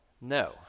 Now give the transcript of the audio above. no